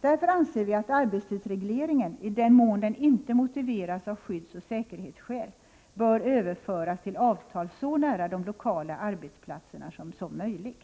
Därför anser vi att arbetstidsregleringen, i den mån den inte motiveras av skyddsoch säkerhetsskäl, bör överföras till avtal så nära de lokala arbetsplatserna som möjligt.